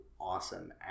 awesome